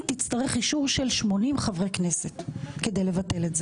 תצטרך אישור של 80 חברי כנסת כדי לבטל את זה.